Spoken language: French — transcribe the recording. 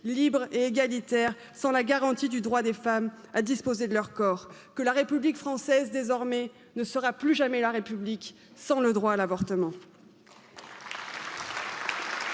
libre et égalitaire du droit des femmes à disposer de leur corps que la République française, désormais, ne sera plus jamais la République sans le droit à l'avortement.